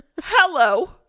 Hello